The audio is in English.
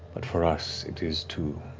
but for us it is to